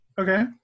Okay